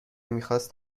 میخاست